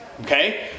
Okay